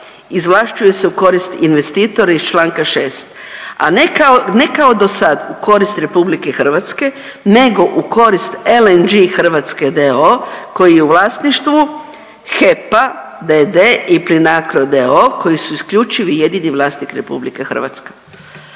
izvlašćuju se u korist investitora iz čl. 6., a ne kao, ne kao dosad u korist RH nego u korist LNG Hrvatske d.o.o. koji je u vlasništvu HEP d.d. i Plinacro d.o.o. koji su isključivi i jedini vlasnik RH. Onako